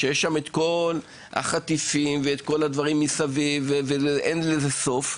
כל החטיפים וכל הדברים מסביב שאין להם סוף.